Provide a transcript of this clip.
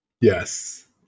Yes